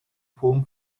poem